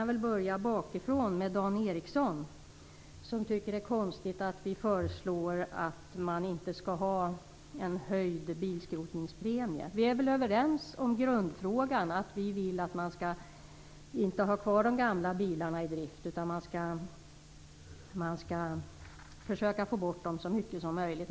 Jag börjar med Dan Ericsson, som tycker att det är konstigt att vi föreslår att man inte skall höja bilskrotningspremien. Vi är överens om grundfrågan. Vi vill att man inte skall ha kvar de gamla bilarna i drift utan försöka få bort dem i så stor utsträckning som möjligt.